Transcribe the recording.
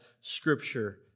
Scripture